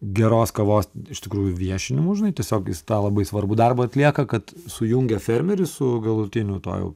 geros kavos iš tikrųjų viešinimu žinai tiesiog jis tą labai svarbų darbą atlieka kad sujungia fermerį su galutiniu tuo jau